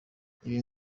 ibi